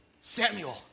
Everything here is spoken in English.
Samuel